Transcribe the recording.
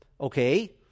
Okay